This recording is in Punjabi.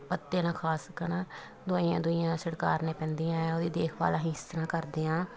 ਪੱਤੇ ਨਾ ਖਾ ਸਕਣ ਦਵਾਈਆਂ ਦਵੁਈਆਂ ਛੜਕਾਉਣੀਆਂ ਪੈਂਦੀਆਂ ਆ ਉਹਦੀ ਦੇਖਭਾਲ ਅਸੀਂ ਇਸ ਤਰ੍ਹਾਂ ਕਰਦੇ ਹਾਂ